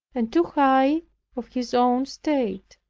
and too high of his own state.